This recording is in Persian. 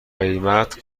قیمت